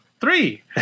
three